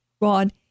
Rod